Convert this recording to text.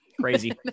Crazy